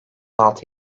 altı